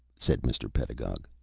said mr. pedagog.